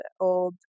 old